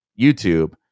YouTube